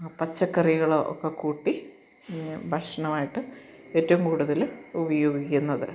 പച്ചക്കറികളോ ഒക്കെ കൂട്ടി ഭക്ഷണമായിട്ട് ഏറ്റവും കൂടുതൽ ഉപയോഗിക്കുന്നത്